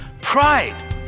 Pride